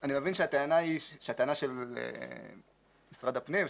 אני מבין שהטענה של משרד הפנים,